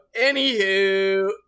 anywho